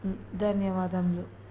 ధన్యవాదములు